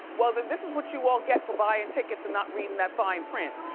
well, but this is what you all get for buyin' tickets and not readin' that fine print.